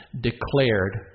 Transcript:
declared